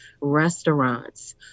restaurants